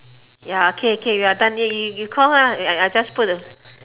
ya K K we are done eh you you call her I I just put the